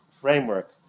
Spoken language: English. framework